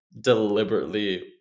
deliberately